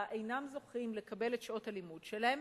אינם זוכים לקבל את שעות הלימוד שלהם,